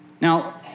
Now